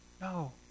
no